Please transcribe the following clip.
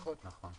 נכון.